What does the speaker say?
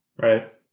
Right